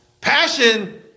Passion